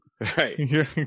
Right